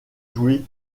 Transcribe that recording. jouer